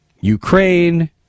Ukraine